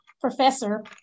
professor